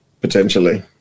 potentially